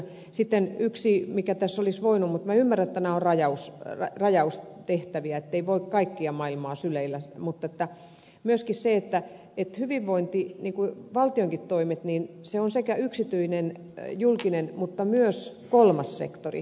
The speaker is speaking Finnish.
sitten tässä olisi voinut olla mutta ymmärrän että nämä ovat rajaustehtäviä ettei voi kaikkea maailmaa syleillä myöskin se että hyvinvointivaltionkin toimet ovat sekä yksityisen että julkisen mutta myös kolmannen sektorin